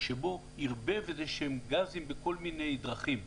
שבו ערבב איזשהם גזים בכל מיני דרכים,